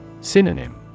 Synonym